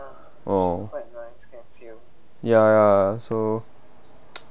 oh ya ya so